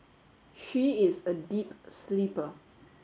she is a deep sleeper